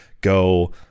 go